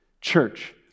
Church